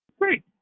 great